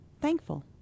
thankful